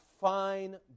fine